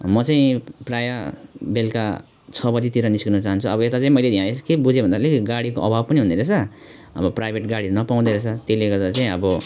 म चाहिँ प्रायः बेलुका छ बजीतिर निस्किन चाहन्छु अब यता चाहिँ मैले यहाँनिर चाहिँ के बुझेँ भन्दाखेरि गाडीको अभाव पनि हुने रहेछ अब प्राइभेट गाडी नपाउने रहेछ त्यसले गर्दा चाहिँ अब